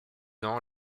ans